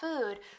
food